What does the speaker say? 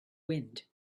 wind